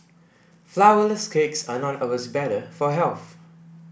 flourless cakes are not always better for health